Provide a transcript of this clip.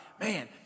man